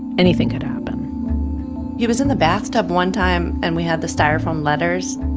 anything could happen he was in the bathtub one time, and we had the styrofoam letters.